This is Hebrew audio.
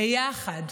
ביחד.